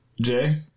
Jay